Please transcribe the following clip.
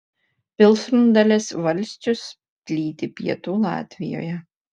pilsrundalės valsčius plyti pietų latvijoje